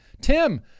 Tim